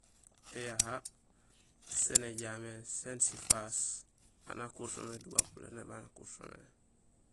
Éyaha sén éjaméén sén nak sifaas aan akuur so mé do bapuléné baan akur so mé.